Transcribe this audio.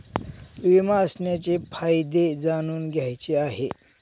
विमा असण्याचे फायदे जाणून घ्यायचे आहे